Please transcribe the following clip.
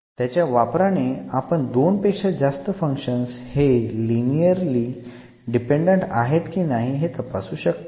त्याच्या वापराने आपण दोन पेक्षा जास्त फंक्शन्स हे लिनिअर डिपेंडेंट आहेत की नाही हे तपासू शकतो